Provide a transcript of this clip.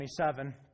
27